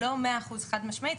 לא מאה אחוז חד-משמעית,